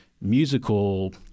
musical